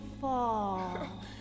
fall